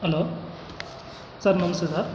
hello sir ನಮಸ್ತೆ sir